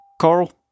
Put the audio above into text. Carl